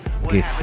Gift